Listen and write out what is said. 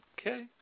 Okay